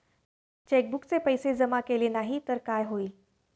चेकबुकचे पैसे जमा केले नाही तर काय होईल?